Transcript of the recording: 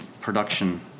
production